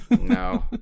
no